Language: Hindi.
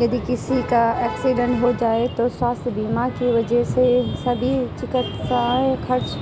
यदि किसी का एक्सीडेंट हो जाए तो स्वास्थ्य बीमा की वजह से सभी चिकित्सा खर्च